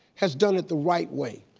has done it the right way.